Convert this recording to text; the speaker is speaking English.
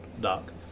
Doc